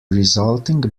resulting